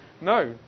No